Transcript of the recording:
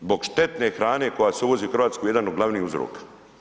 Zbog štetne hrane koja se uvozi u Hrvatsku jedan od glavnih uzroka.